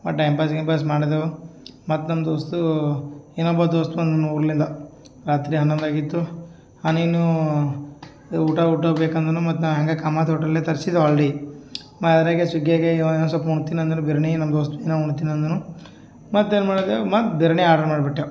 ಮತ್ತು time pass ಗಿಂಪಾಸ್ ಮಾಡಿದೆವು ಮತ್ತು ನನ್ನ ದೋಸ್ತು ಏನಪ್ಪ ದೋಸ್ತು ಅಂದೆ ನೋಡಲಿಲ್ಲ ರಾತ್ರಿ ಹನ್ನೊಂದು ಆಗಿತ್ತು ಹಾಂ ನೀನು ಇದ್ ಊಟ ಊಟ ಬೇಕಂದರೆ ಮತ್ತು ನಾ ಹ್ಯಾಂಗೆ ಕಾಮತ್ ಹೋಟೆಲಿಂದ್ ತರಿಸಿದೆ ಆಲೆಡಿ ಅದರಗೆ ಸ್ವಿಗಿಯಾಗೆ ಸೊಲ್ಪ ಉಣ್ತಿನಿ ಅಂದರು ಬಿರ್ಯಾಣಿ ನಮ್ದು ದೋಸ್ತ ಏನೊ ಉಣ್ತಿನಿ ಅಂದನು ಮತ್ತು ಏನು ಮಾಡಿದೆವ್ ಮತ್ತು ಬಿರ್ಯಾಣಿಯ ಆರ್ಡರ್ ಮಾಡ್ಬಿಟೇವು